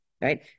right